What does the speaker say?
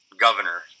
governor